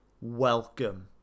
welcome